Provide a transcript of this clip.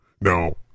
Now